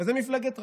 וזו מפלגת רע"מ.